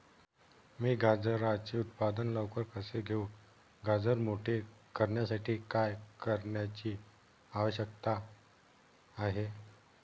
मी गाजराचे उत्पादन लवकर कसे घेऊ? गाजर मोठे करण्यासाठी काय करण्याची आवश्यकता आहे?